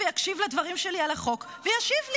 ויקשיב לדברים שלי על החוק וישיב לי.